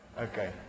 Okay